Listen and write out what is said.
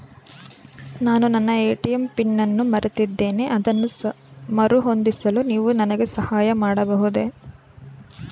ನಾನು ನನ್ನ ATM PIN ಅನ್ನು ಮರೆತಿದ್ದೇನೆ ಅದನ್ನು ಮರುಹೊಂದಿಸಲು ನೀವು ನನಗೆ ಸಹಾಯ ಮಾಡಬಹುದೇ?